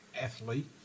athlete